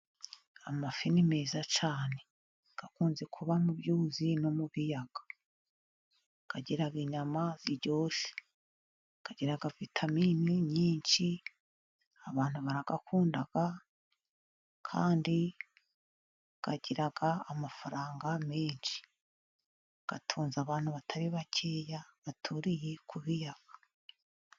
Amafi ni meza cyane ,akunze kuba mu byuzi no mu biyaga ,agira inyama ziryoshye ,agira vitaminini nyinshi ,abantu barayakunda, kandi agira amafaranga menshi ,atunze abantu batari bakeya, baturiye ku biyaga.